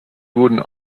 wurden